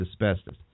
asbestos